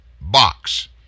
box